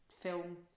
film